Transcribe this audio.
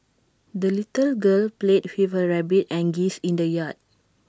the little girl played with her rabbit and geese in the yard